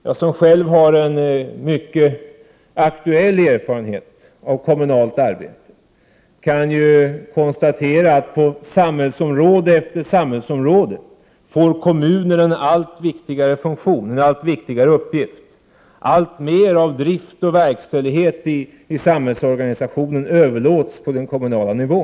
Jag som själv har en mycket aktuell erfarenhet av kommunalt arbete kan konstatera att kommunerna på samhällsområde efter samhällsområde får en allt viktigare uppgift då alltmer av drift och verkställighet i samhällsorganisationen överlåts på den kommunala nivån.